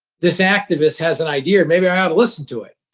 this activist has an idea. maybe i ought to listen to it.